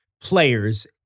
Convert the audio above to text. players